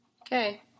Okay